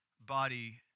body